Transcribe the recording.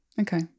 Okay